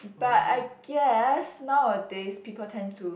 but I guess nowadays people tend to